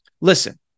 Listen